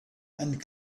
and